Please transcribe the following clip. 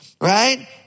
Right